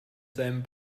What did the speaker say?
seinem